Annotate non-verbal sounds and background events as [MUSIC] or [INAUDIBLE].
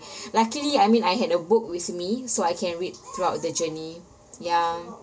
[BREATH] luckily I mean I had a book with me so I can read throughout the journey ya